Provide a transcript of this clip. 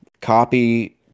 Copy